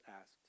asked